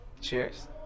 Cheers